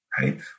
Right